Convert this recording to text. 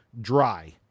dry